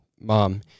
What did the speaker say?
Mom